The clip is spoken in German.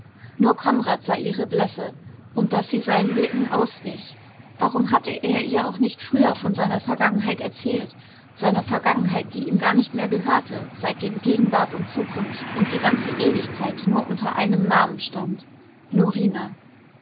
nur konrad sah ihre blässe und daß sie seinen blicken auswich warum hatte er ihr auch nicht früher von seiner vergangenheit erzählt seiner vergangenheit die ihm gar nicht mehr gehörte seitdem gegenwart und zukunft und die ganze ewigkeit nur unter einem namen stand norina